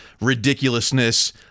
ridiculousness